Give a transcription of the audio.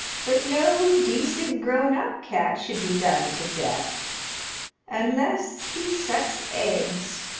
but no decent, grown-up cat should be done to death unless he sucks eggs.